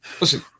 Listen –